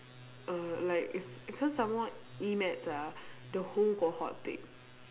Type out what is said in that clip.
err like because some more E maths ah the whole cohort take